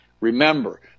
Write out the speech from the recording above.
Remember